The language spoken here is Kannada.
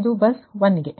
ಇದು ಬಸ್ I ಗೆ